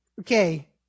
okay